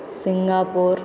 Singapore